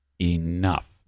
Enough